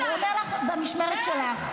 הוא עונה לך שזה במשמרת שלך.